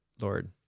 Lord